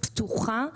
פתוחה